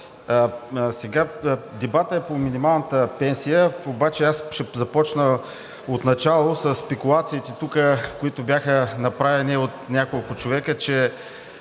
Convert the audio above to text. По дебата за минималната пенсия обаче аз ще започна отначало със спекулациите тук, които бяха направени от няколко човека – че